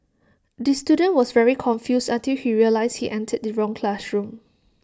the student was very confused until he realised he entered the wrong classroom